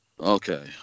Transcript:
Okay